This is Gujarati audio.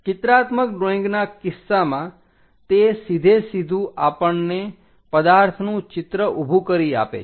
ચિત્રાત્મક ડ્રોઈંગના કિસ્સામાં તે સીધે સીધું આપણને પદાર્થનું ચિત્ર ઊભું કરી આપે છે